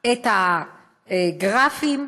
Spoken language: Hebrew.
את הגרפים,